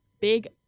big